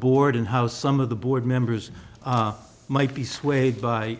board and how some of the board members might be swayed by